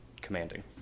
commanding